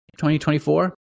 2024